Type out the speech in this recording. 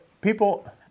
people